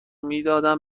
میدادم